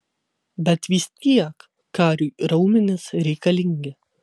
bet vis tiek kariui raumenys reikalingi